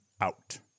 out